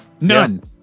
None